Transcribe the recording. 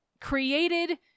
created